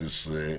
11),